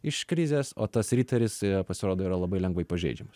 iš krizės o tas riteris pasirodo yra labai lengvai pažeidžiamas